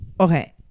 Okay